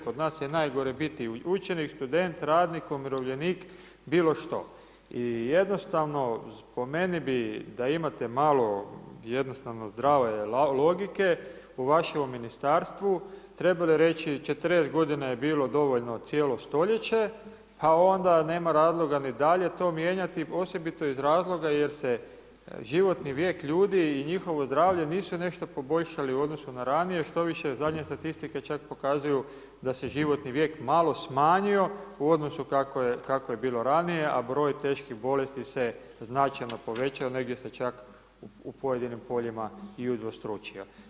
Kod nas je najgore biti učenik, student, radnik, umirovljenik, bilo što, i jednostavno po meni bi, da imate malo jednostavno zdrave logike, u vašemu Ministarstvu trebali reći 40 godina je bilo dovoljno cijelo stoljeće, a onda nema razloga ni dalje to mijenjati, osobito iz razloga jer se životni vijek ljudi i njihovo zdravlje nisu nešto poboljšali u odnosu na ranije, štoviše zadnja statistika čak pokazuju da se životni vijek malo smanjio u odnosu kako je bilo ranije, a broj teških bolesti se značajno povećao, negdje se čak u pojedinim poljima i udvostručio.